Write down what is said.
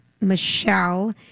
Michelle